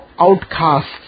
outcasts